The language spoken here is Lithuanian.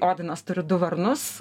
odinas turi du varnus